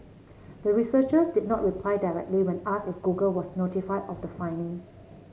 the researchers did not reply directly when asked if Google was notified of the finding